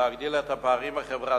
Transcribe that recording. ולהגדיל את הפערים החברתיים,